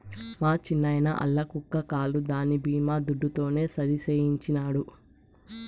మా చిన్నాయిన ఆల్ల కుక్క కాలు దాని బీమా దుడ్డుతోనే సరిసేయించినాడు